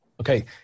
Okay